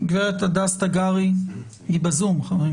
היא בזום.